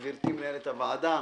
גברתי, מנהלת הוועדה,